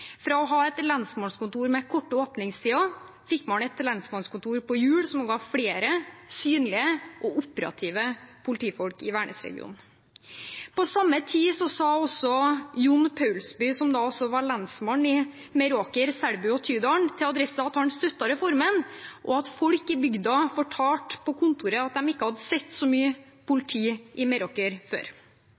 Fra å ha et lensmannskontor med korte åpningstider fikk man et lensmannskontor på hjul som ga flere synlige og operative politifolk i Værnesregionen. På samme tid sa Jon Paulsby, som da var lensmann i Meråker, Selbu og Tydal, til Adressa at han støttet reformen, og at folk i bygda fortalte på kontoret at de ikke hadde sett så mye politi i Meråker før.